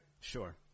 Sure